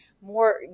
more